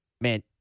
man